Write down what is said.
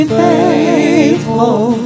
faithful